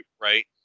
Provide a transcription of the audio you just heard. Right